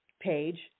page